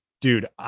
Dude